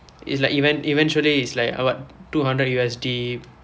it's like even~ eventually it's like what two hundred U_S_D